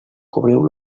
cobriu